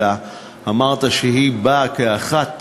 אלא אמרת שהיא באה כאחת